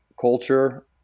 culture